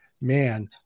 man